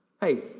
Hey